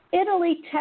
Italy